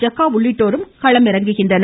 ஜக்கா உள்ளிட்டோர் களமிறங்குகின்றனர்